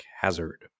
Hazard